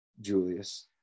Julius